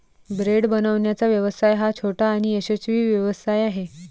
bread बनवण्याचा व्यवसाय हा छोटा आणि यशस्वी व्यवसाय आहे